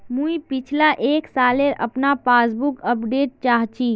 मुई पिछला एक सालेर अपना पासबुक अपडेट चाहची?